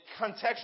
contextually